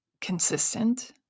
consistent